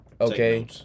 Okay